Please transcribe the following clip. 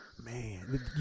man